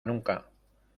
nunca